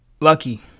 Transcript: Lucky